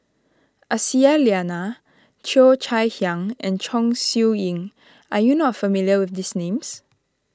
Aisyah Lyana Cheo Chai Hiang and Chong Siew Ying are you not familiar with these names